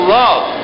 love